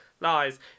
lies